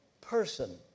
person